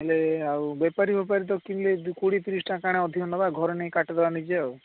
ତାହେଲେ ଆଉ ବେପାରୀଫେପାରିଠାରୁ କିଣିଲେ କୋଡ଼ିଏ ତିରିଶ ଟଙ୍କା କାଣା ଅଧିକ ନେବା ଘରେ ନେଇକି କାଟିଦେବା ନିଜେ ଆଉ